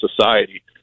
society